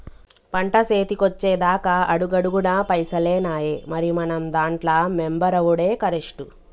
పంట సేతికొచ్చెదాక అడుగడుగున పైసలేనాయె, మరి మనం దాంట్ల మెంబరవుడే కరెస్టు